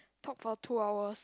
talk for two hours